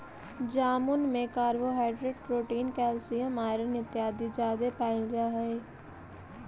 जामुन में carbohydrate protein calcium iron इत्यादि जादे पायल जा हई